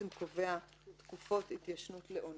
שקובע תקופות התיישנות לעונשים.